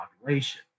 population